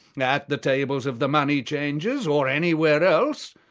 at the tables of the money-changers, or anywhere else,